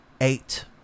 eight